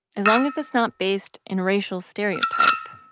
as long as it's not based in racial stereotype,